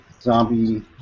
zombie